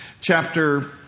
chapter